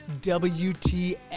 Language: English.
WTF